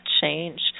change